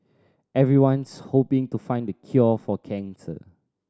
everyone's hoping to find the cure for cancer